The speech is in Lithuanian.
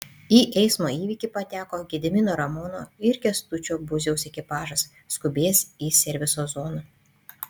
į eismo įvykį pateko gedimino ramono ir kęstučio būziaus ekipažas skubėjęs į serviso zoną